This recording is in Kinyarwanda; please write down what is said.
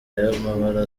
y’amabara